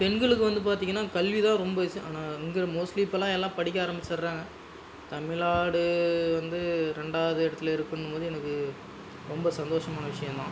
பெண்களுக்கு வந்து பார்த்திங்கனா கல்வி தான் ரொம்ப ஆனால் இங்கே மோஸ்ட்லி இப்போலாம் எல்லாம் படிக்க ஆரம்பிச்சிடுறாங்க தமிழ்நாடு வந்து ரெண்டாவது இடத்துல இருக்குன்னும்போது எனக்கு ரொம்ப சந்தோஷமான விஷயம் தான்